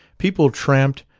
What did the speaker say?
people tramped,